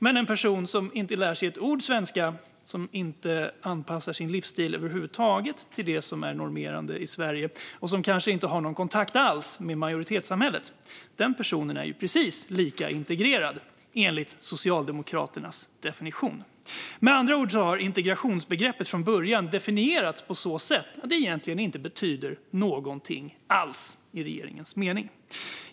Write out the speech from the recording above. Men en person som inte lär sig ett ord svenska, inte över huvud taget anpassar sin livsstil efter det som är normerande i Sverige och kanske inte har någon kontakt alls med majoritetssamhället är precis lika integrerad, enligt Socialdemokraternas definition. Med andra ord har integrationsbegreppet från början definierats på så sätt att det egentligen inte betyder någonting alls, i regeringens mening.